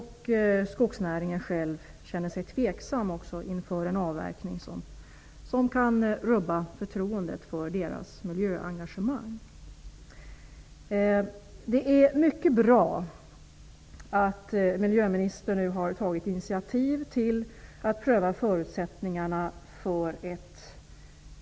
Även skogsnäringen själv är .tveksam till avverkningen eftersom den skadar förtroendet för svensk skogsnärings miljöengagemang.